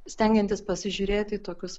stengiantis pasižiūrėti į tokius